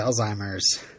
Alzheimer's